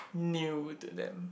new to them